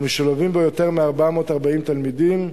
ומשולבים בו יותר מ-440 תלמידים.